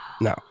No